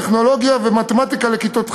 בטכנולוגיה ובמתמטיקה לכיתות ח'